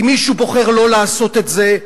אם מישהו בוחר לא לעשות את זה,